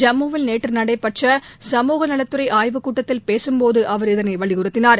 ஜம்முவில் நேற்று நடைபெற்ற சமூக நலத்துறை ஆய்வுக்கூட்டத்தில் பேசும்போது அவர் இதனை வலியுறுத்தினார்